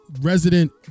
resident